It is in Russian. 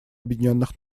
объединенных